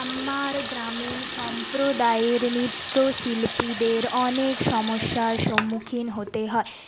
আমার গ্রামীণ সম্প্রদায়ের নৃত্য শিল্পীদের অনেক সমস্যার সম্মুখীন হতে হয়